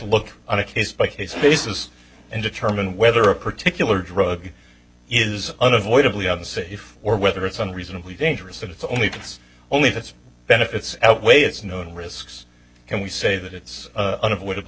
look on a case by case basis and determine whether a particular drug is unavoidably unsafe or whether it's unreasonably dangerous and it's only puts only that benefits outweigh its known risks can we say that it's unavoidabl